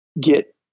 get